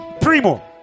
Primo